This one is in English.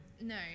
no